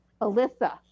Alyssa